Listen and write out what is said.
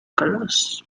colors